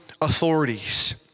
authorities